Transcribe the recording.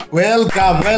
welcome